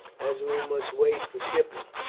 as we must wait for shipping.